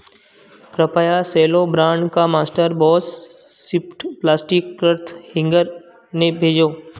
कृपया सेलो ब्रांड का mister boss swift plastic cloth hanger नहीं भेजें